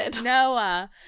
Noah